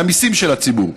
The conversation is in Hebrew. מהמיסים של הציבור.